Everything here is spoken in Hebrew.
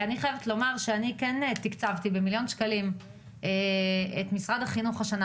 אני חייבת לומר שאני כן תקצבתי במיליון שקלים את משרד החינוך השנה